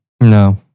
No